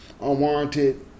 unwarranted